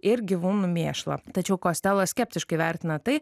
ir gyvūnų mėšlą tačiau kostela skeptiškai vertina tai